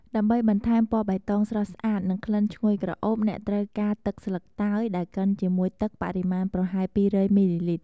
ដើម្បីបន្ថែមពណ៌បៃតងស្រស់ស្អាត និងក្លិនឈ្ងុយក្រអូប អ្នកត្រូវការ ទឹកស្លឹកតើយដែលកិនជាមួយទឹកបរិមាណប្រហែល ២០០ មីលីលីត្រ។